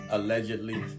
Allegedly